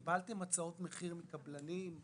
קיבלתם הצעות מחיר מקבלנים?